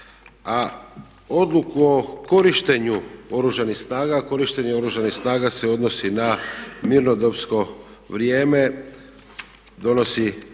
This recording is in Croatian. A odluku o korištenju Oružanih snaga, a korištenje Oružanih snaga se odnosi na mirnodopsko vrijeme, donosi